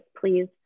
please